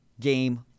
game